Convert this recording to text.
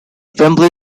wembley